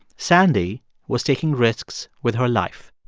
sandy was taking risks with her life.